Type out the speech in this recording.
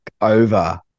over